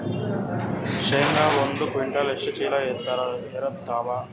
ಶೇಂಗಾ ಒಂದ ಕ್ವಿಂಟಾಲ್ ಎಷ್ಟ ಚೀಲ ಎರತ್ತಾವಾ?